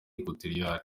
equatoriale